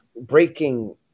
breaking